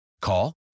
Call